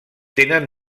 tenen